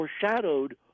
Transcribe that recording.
foreshadowed